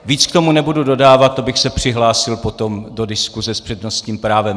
Víc k tomu nebudu dodávat, to bych se přihlásil potom do diskuze s přednostním právem.